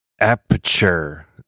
aperture